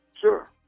Sure